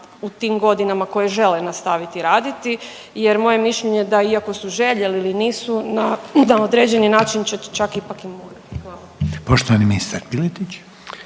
u tim godinama koje žele nastaviti radili jer moje mišljenje je iako su željeli ili nisu na određeni način će čak ipak i morati. Hvala.